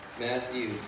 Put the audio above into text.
Matthew